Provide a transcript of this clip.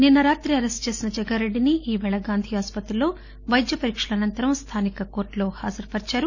నిన్స రాత్రి అరెస్ట్ చేసిన జగ్గరేడ్డిని ఈ రోజు గాంధీ ఆసుపత్రిలో వైద్య పరీక్షల అనంతరం స్థానిక కోర్టులో హాజరు పరచారు